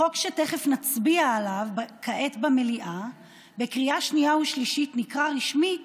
החוק שתכף נצביע עליו כעת במליאה בקריאה שנייה ושלישית נקרא רשמית